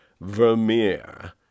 Vermeer